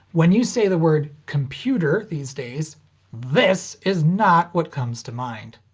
when you say the word computer these days this is not what comes to mind.